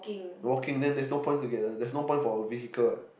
walking then there's no point together there's no point for vehicle